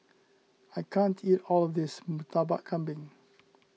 I can't eat all of this Murtabak Kambing